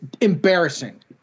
embarrassing